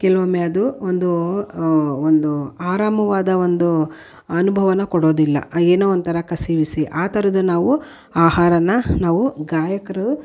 ಕೆಲವೊಮ್ಮೆ ಅದು ಒಂದು ಒಂದು ಆರಾಮವಾದ ಒಂದು ಅನುಭವನ ಕೊಡೋದಿಲ್ಲ ಏನೋ ಒಂತರ ಕಸಿವಿಸಿ ಆ ಥರದ ನಾವು ಆಹಾರನ ನಾವು ಗಾಯಕರು